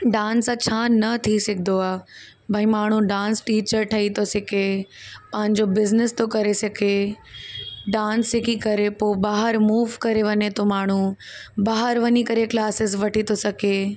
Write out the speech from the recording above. dance सां छा न थी सघंदो आहे भई माण्हूं डांस टीचर ई थो सघे पंहिंजो बिज़िनिस थो करे सघे डांस सिखी करे पोइ ॿाहिरि मूव करे वञे थो माण्हूं बाहिरि वञी करे क्लासिस वठी थो सघे